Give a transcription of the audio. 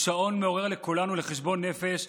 הוא שעון מעורר לכולנו לחשבון נפש,